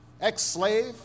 Ex-slave